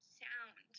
sound